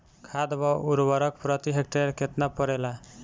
खाद व उर्वरक प्रति हेक्टेयर केतना परेला?